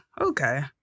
okay